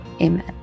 amen